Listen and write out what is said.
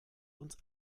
uns